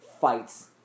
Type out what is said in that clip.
fights